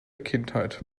kindheit